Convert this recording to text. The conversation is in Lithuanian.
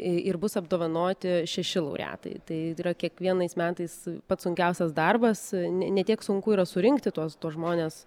ir bus apdovanoti šeši laureatai tai yra kiekvienais metais pats sunkiausias darbas ne ne tiek sunku yra surinkti tuos tuos žmones